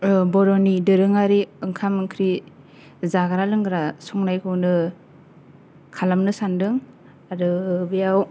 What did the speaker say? बर'नि दोरोङारि ओंखाम ओंख्रि जाग्रा लेंग्रा संनायखौनो खालामनो सानदों आरो बियाव